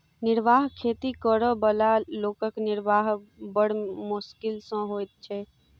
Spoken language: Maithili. निर्वाह खेती करअ बला लोकक निर्वाह बड़ मोश्किल सॅ होइत छै